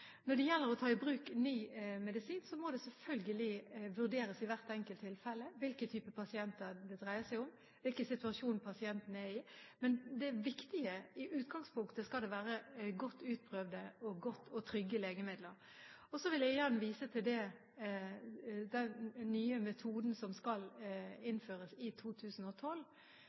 Når det gjelder å ta i bruk ny medisin, må det selvfølgelig vurderes i hvert enkelt tilfelle hvilken type pasient det dreier seg om, hvilken situasjon pasienten er i. Men det viktige er at i utgangspunktet skal det være godt utprøvde, gode og trygge legemidler. Så vil jeg igjen vise til den nye metoden som skal innføres i 2012.